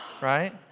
right